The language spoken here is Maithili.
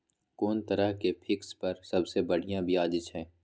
कोन तरह के फिक्स पर सबसे बढ़िया ब्याज छै?